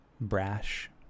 brash